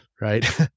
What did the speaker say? right